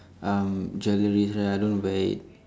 um jewellery right I don't wear it